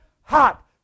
hot